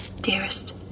Dearest